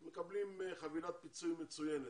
הם מקבלים חבילת פיצויים מצוינת,